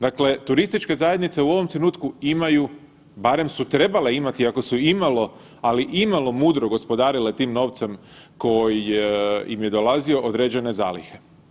Dakle turističke zajednice u ovom trenutku imaju barem su trebale imati ako su imalo, ali imalo mudro gospodarile tim novcem koji im je dolazio određene zalihe.